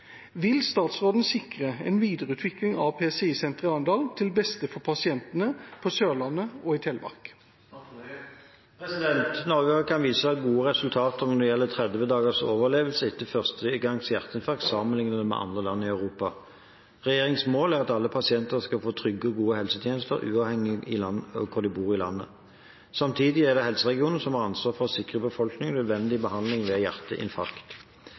Vil statsråden sikre en videreutvikling av PCI-senteret i Arendal, til beste for pasientene på Sørlandet og i Telemark?» Norge kan vise til gode resultater når det gjelder 30 dagers overlevelse etter førstegangs hjerteinfarkt sammenliknet med andre land i Europa. Regjeringens mål er at alle pasienter skal få trygge og gode helsetjenester uavhengig av hvor i landet de bor. Samtidig er det helseregionene som har ansvaret for å sikre befolkningen nødvendig behandling ved hjerteinfarkt.